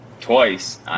twice